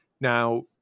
Now